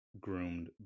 groomed